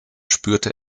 spürte